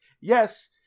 yes